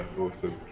awesome